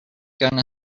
gonna